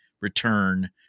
return